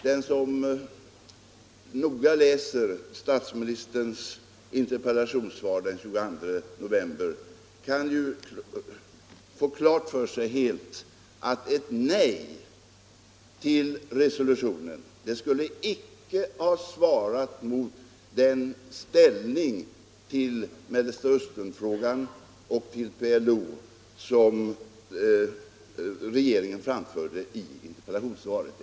Den som noga läser statsministerns interpellationssvar av den 22 november kan få helt klart för sig att ett nej till resolutionen icke skulle ha svarat mot den ställning i Mellerstaösternfrågan och i förhållande till PLO som regeringen framförde i interpellationssvaret.